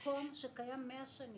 זה לא רק בית הספר הזה,